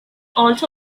also